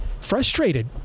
frustrated